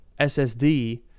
SSD